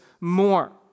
more